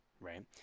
right